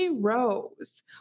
Rose